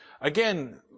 again